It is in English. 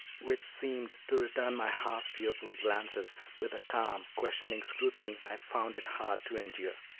which seemed to return my half-fearful glances with a calm, questioning scrutiny i found it hard to endure.